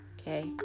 Okay